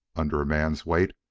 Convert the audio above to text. under a man's weight,